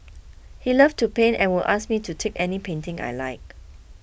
he loved to paint and would ask me to take any painting I liked